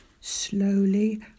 Slowly